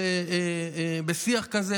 בשיח כזה,